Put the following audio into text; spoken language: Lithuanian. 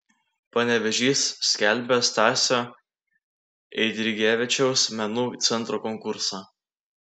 panevėžys skelbia stasio eidrigevičiaus menų centro konkursą